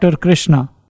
Krishna